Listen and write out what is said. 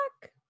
back